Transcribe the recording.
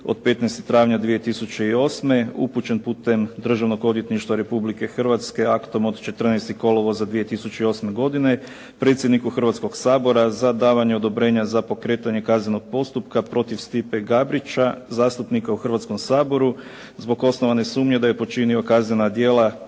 od 15. travnja 2008. upućen putem Državnog odvjetništva Republike Hrvatske aktom od 14. kolovoza 2008. godine. predsjedniku Hrvatskog sabora za davanje odobrenja za pokretanje kaznenog postupka protiv Stipe Gabrića, zastupnika u Hrvatskom saboru zbog osnovane sumnje da je počinio kaznena djela